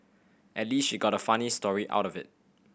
at least she got a funny story out of it